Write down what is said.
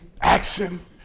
action